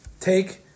Take